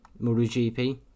MotoGP